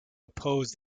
oppose